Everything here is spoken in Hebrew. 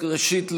ראשית,